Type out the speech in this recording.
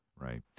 Right